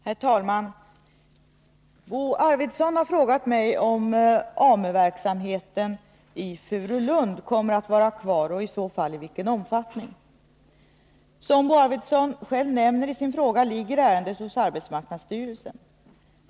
Herr talman! Bo Arvidson har frågat mig om AMU-verksamheten i Furulund kommer att vara kvar och i så fall i vilken omfattning. Som Bo Arvidson själv nämner i sin fråga ligger ärendet hos arbetsmarknadsstyrelsen.